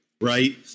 right